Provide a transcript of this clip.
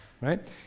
right